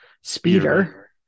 speeder